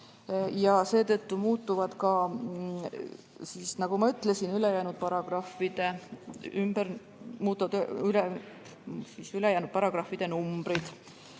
48. Seetõttu muutuvad ka, nagu ma ütlesin, ülejäänud paragrahvide numbrid.